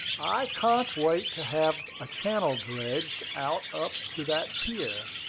i can't wait to have a channel dredged out up to that pier,